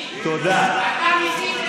אתה מסית,